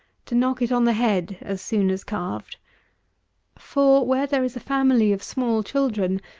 to knock it on the head as soon as calved for, where there is a family of small children,